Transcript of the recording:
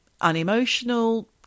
unemotional